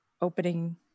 opening